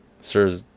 Sir